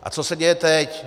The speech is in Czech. A co se děje teď.